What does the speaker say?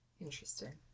Interesting